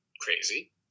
crazy